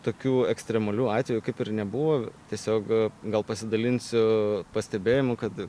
tokių ekstremalių atvejų kaip ir nebuvo tiesiog gal pasidalinsiu pastebėjimu kad